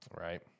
Right